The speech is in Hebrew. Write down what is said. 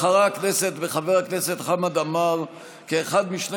בחרה הכנסת בחבר הכנסת חמד עמאר כאחד משני